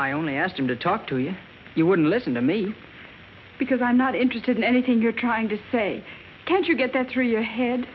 i only asked him to talk to you you wouldn't listen to me because i'm not interested in anything you're trying to say can't you get that through your head